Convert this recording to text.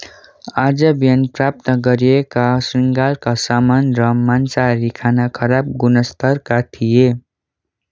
आज बिहान प्राप्त गरिएका शृङ्गारका सामान र मांसाहारी खाना खराब गुणस्तरका थिए